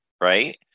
right